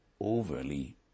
Overly